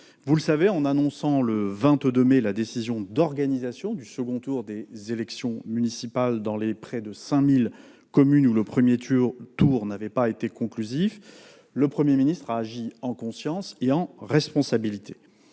Vous le savez, en annonçant, le 22 mai dernier, la décision d'organiser le second tour des élections municipales dans les presque 5 000 communes où le premier tour n'avait pas été conclusif, le Premier ministre a agi en conscience et en responsabilité.